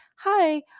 Hi